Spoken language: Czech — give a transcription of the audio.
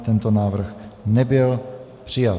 Tento návrh nebyl přijat.